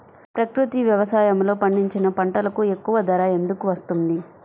ప్రకృతి వ్యవసాయములో పండించిన పంటలకు ఎక్కువ ధర ఎందుకు వస్తుంది?